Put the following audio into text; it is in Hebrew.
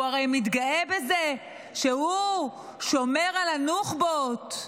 הוא הרי מתגאה בזה שהוא שומר על הנוח'בות,